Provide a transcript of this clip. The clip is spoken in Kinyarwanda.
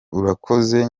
urakoze